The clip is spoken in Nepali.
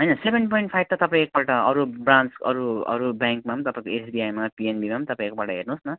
हैन सेभेन पोइन्ट फाइभ त तपाईँ एकपल्ट अरू ब्रान्च अरू अरू ब्याङ्कमा पनि तपाईँको एसबिआईमा पिएनबीमा पनि त तपाईँ एकपल्ट हेर्नुहोस् न